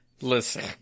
Listen